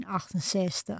1968